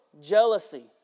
jealousy